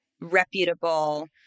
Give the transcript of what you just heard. reputable